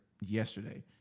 yesterday